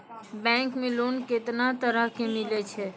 Bank मे loan कैतना तरह के मिलै छै?